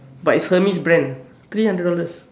but is Hermes brand three hundred dollars